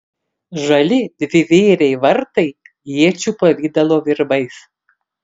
žali dvivėriai vartai iečių pavidalo virbais